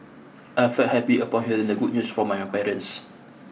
I felt happy upon hearing the good news from my parents